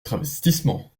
travestissement